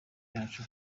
cyacu